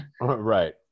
Right